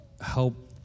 help